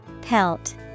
Pelt